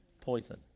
poison